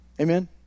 Amen